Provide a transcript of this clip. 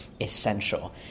essential